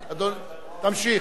בבקשה, תמשיך.